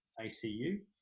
ACU